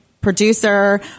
producer